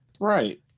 Right